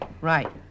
Right